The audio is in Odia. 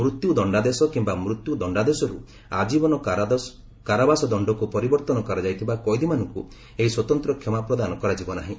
ମୃତ୍ୟ ଦଶ୍ଡାଦେଶ କିମ୍ବା ମୃତ୍ୟୁ ଦଶ୍ଚାଦେଶରୁ ଆଜୀବନ କାରାବାସ ଦଶ୍ଚକୁ ପରିବର୍ତ୍ତନ କରାଯାଇଥିବା କଏଦୀମାନଙ୍କୁ ଏହି ସ୍ୱତନ୍ତ୍ର କ୍ଷମା ପ୍ରଦାନ କରାଯିବ ନାହିଁ